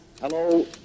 Hello